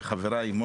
וחבריי,